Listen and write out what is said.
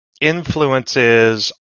influences